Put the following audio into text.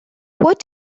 what